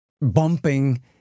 bumping